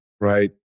right